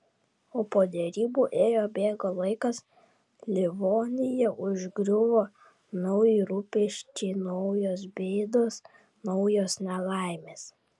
o po derybų ėjo bėgo laikas livoniją užgriuvo nauji rūpesčiai naujos bėdos naujos nelaimės